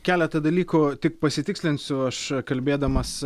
keletą dalykų tik pasitikslinsiu aš kalbėdamas